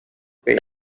away